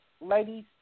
ladies